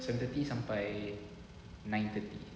seven thirty sampai nine thirty